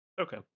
Okay